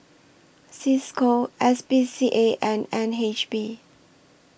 CISCO S P C A and N H B